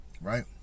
right